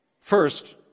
First